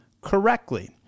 correctly